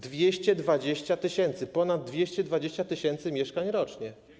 220 tys., ponad 220 tys. mieszkań rocznie.